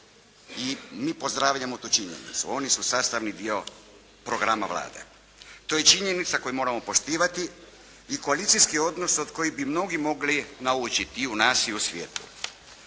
i mi pozdravljamo tu činjenicu. Oni su sastavni dio programa Vlade. To je činjenica koju moramo poštivati i koalicijski odnos od kojih bi mnogi mogli naučiti i u nas i u svijetu.